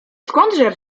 skądże